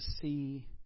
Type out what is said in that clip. see